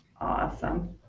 awesome